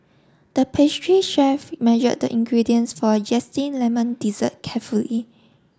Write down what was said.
the pastry chef measured the ingredients for a zesty lemon dessert carefully